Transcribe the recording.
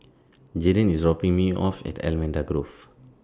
Jaeden IS dropping Me off At Allamanda Grove